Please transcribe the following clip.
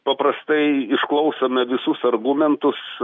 paprastai išklausome visus argumentus